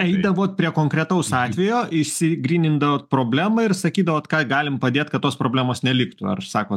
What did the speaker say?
eidavot prie konkretaus atvejo išsigrynindavot problemą ir sakydavot ką galim padėt kad tos problemos neliktų ar sako